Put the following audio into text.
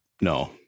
no